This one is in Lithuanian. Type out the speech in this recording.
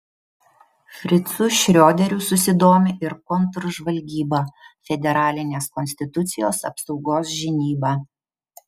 fricu šrioderiu susidomi ir kontržvalgyba federalinės konstitucijos apsaugos žinyba